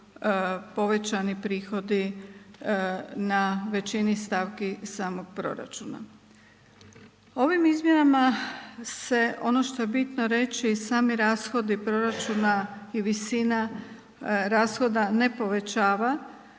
povećani prihodi na većini stavki samog proračuna. Ovim izmjenama se, ono što je bitno reći sami rashodi proračuna i visina rashoda ne povećava